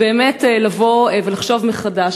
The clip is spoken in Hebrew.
באמת לחשוב מחדש.